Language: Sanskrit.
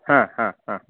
हा हा हा